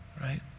Right